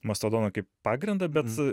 mastodoną kaip pagrindą bet